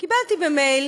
קיבלתי במייל